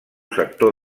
sector